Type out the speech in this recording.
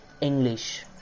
English